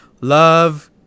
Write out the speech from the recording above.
love